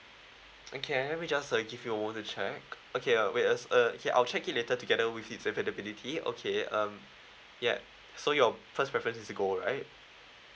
okay let me just uh give me a moment to check okay uh wait ah uh I'll check it later together with its availability okay um yet so your first preference is gold right